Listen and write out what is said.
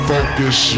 Focus